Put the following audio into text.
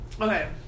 Okay